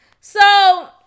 So-